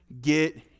get